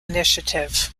initiative